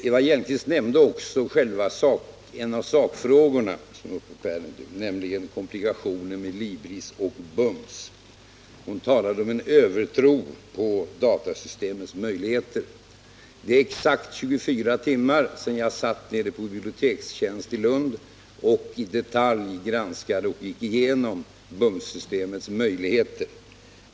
Eva Hjelmström nämnde också en av sakfrågorna, nämligen komplikationen med Libris och BUMS. Hon talade om en övertro på datasystemets möjligheter. Det är exakt 24 timmar sedan jag satt nere på Bibliotekstjänst i Lund och i detalj granskade och gick igenom BUMS-systemets möjligheter.